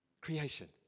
Creation